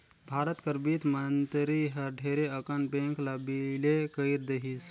भारत कर बित्त मंतरी हर ढेरे अकन बेंक ल बिले कइर देहिस